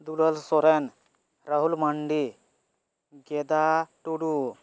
ᱫᱩᱞᱟᱞ ᱥᱚᱨᱮᱱ ᱨᱟᱹᱦᱩᱞ ᱢᱟᱱᱰᱤ ᱜᱮᱫᱟ ᱴᱩᱰᱩ